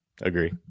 Agree